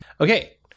Okay